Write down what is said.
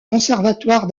conservatoire